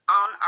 on